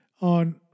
on